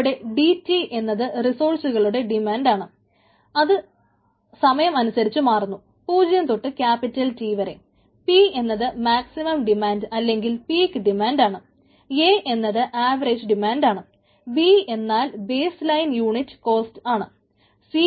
ഇവിടെ